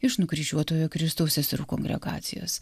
iš nukryžiuotojo kristaus seserų kongregacijos